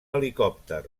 helicòpter